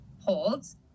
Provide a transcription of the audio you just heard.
holds